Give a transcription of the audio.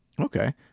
okay